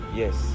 yes